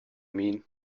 mean